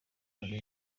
rwanda